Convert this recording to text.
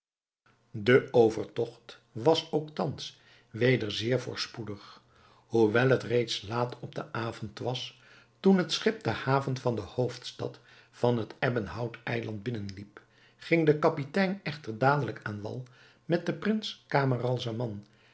de overtogt was ook thans weder zeer voorspoedig hoewel het reeds laat op den avond was toen het schip de haven van de hoofdstad van het ebbenhout eiland binnenliep ging de kapitein echter dadelijk aan wal met den prins camaralzaman